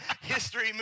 history